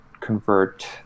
convert